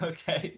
Okay